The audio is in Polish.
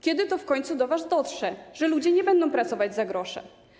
Kiedy to w końcu do was dotrze, że ludzie nie będą pracować za grosze?